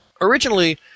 Originally